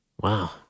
Wow